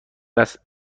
است